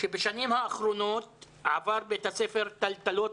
שבשנים האחרונות עבר בית הספר טלטלות